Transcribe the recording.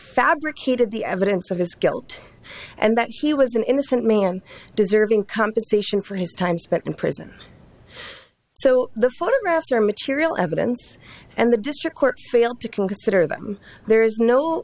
fabricated the evidence of his guilt and that he was an innocent man deserving compensation for his time spent in prison so the photographs are material evidence and the district court failed to consider them there is no